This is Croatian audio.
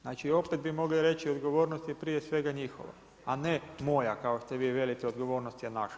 Znači opet bi mogli reći odgovornost je prije svega njihova, a ne moja kao što vi velite odgovornost je naša.